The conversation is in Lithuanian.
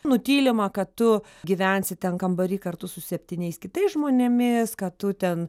nutylima kad tu gyvensi ten kambary kartu su septyniais kitais žmonėmis kad tu ten